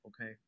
okay